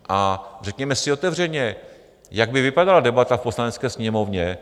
A řekněme si otevřeně, jak by vypadala debata v Poslanecké sněmovně.